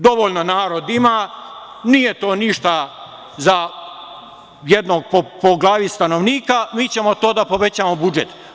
Dovoljno narod ima, nije to ništa za jednog po glavi stanovnika, mi ćemo to da povećavamo budžet.